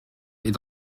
est